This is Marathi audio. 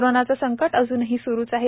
कोरोनाचे संकट अजूनही स्रुच आहे